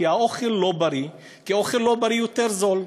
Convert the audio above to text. כי האוכל לא בריא, כי אוכל לא בריא יותר זול,